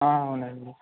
అవునండి